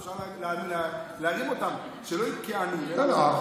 אפשר להרים אותם, שלא יהיו כעניים --- לא.